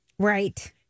Right